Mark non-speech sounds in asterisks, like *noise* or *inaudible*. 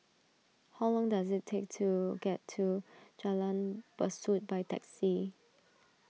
how long does it take to get to Jalan Besut by taxi *noise*